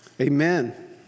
Amen